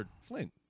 Flint